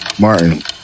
Martin